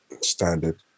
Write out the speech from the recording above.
Standard